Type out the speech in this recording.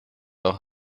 auch